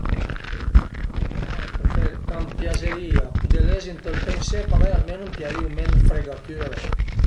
Prefer a m'piazerìa pudé lezi ënt ël pensé parei almenu 'm pierìu menu 'd fregatüre